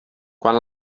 quan